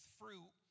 fruit